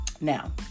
Now